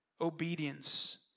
obedience